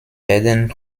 werden